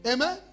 Amen